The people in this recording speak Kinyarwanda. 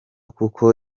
kuko